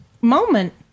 moment